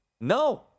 no